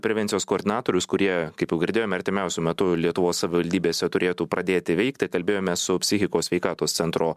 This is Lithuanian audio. prevencijos koordinatorius kurie kaip girdėjome artimiausiu metu lietuvos savivaldybėse turėtų pradėti veikti kalbėjome su psichikos sveikatos centro